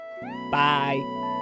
Bye